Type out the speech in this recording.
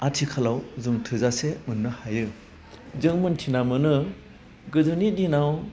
आथिखालाव जों थोजासे मोननो हायो जों मिथिना मोनो गोदोनि दिनाव